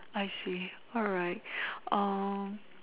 I see alright